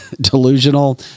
delusional